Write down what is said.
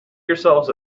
yourselves